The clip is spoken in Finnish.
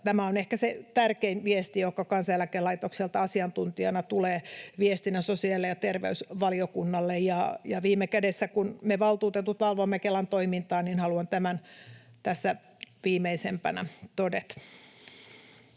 Tämä on ehkä se tärkein viesti, joka Kansaneläkelaitokselta asiantuntijana tulee viestinä sosiaali- ja terveysvaliokunnalle. Kun viime kädessä me valtuutetut valvomme Kelan toimintaa, niin haluan tämän tässä viimeisimpänä todeta.